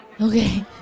Okay